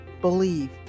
BELIEVE